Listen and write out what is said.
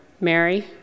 Mary